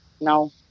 No